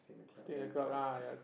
stay in the crowd ah ya